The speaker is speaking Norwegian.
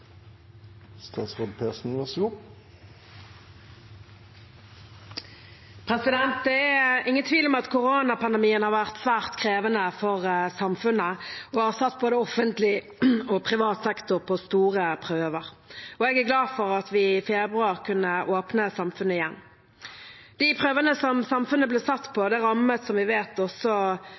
ingen tvil om at koronapandemien har vært svært krevende for samfunnet, og at den har satt både offentlig og privat sektor på store prøver. Jeg er glad for at vi i februar kunne åpne samfunnet igjen. De prøvene som samfunnet ble satt på, rammet, som vi vet, også